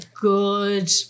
good